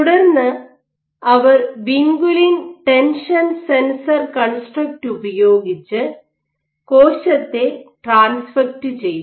തുടർന്ന് അവർ vinculin tension sensor construct ഉപയോഗിച്ച് കോശത്തെ ട്രാൻസ്ഫെക്ട് ചെയ്തു